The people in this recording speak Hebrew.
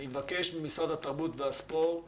אני מבקש ממשרד התרבות והספורט